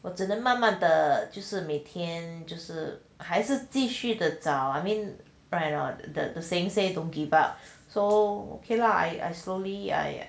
我只能慢慢的就是每天就是还是继续的找 I mean right or not the saying says don't give up so okay lah I slowly I